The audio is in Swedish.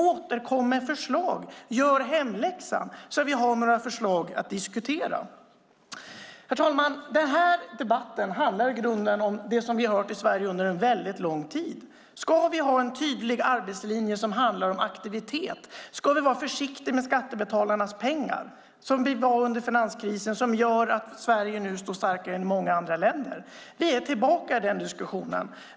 Återkom med förslag, gör hemläxan, så att vi har några förslag att diskutera. Herr talman! Den här debatten handlar i grunden om det som vi har hört i Sverige under väldigt lång tid. Ska vi ha en tydlig arbetslinje som handlar om aktivitet? Ska vi vara försiktiga med skattebetalarnas pengar, som vi var under finanskrisen som gör att Sverige nu står starkare än många andra länder? Vi är tillbaka i den diskussionen.